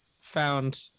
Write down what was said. found